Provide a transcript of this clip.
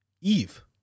Eve